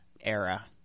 era